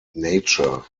nature